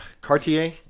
Cartier